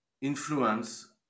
influence